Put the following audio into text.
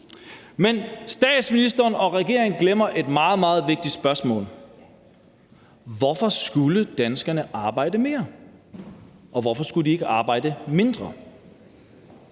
Men statsministeren og regeringen glemmer et meget, meget vigtigt spørgsmål: Hvorfor skulle danskerne arbejde mere, og hvorfor skulle de ikke arbejde mindre?